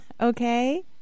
Okay